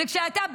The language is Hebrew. וכשאתה,